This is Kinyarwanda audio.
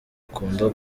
ukunda